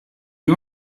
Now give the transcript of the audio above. you